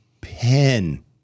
pen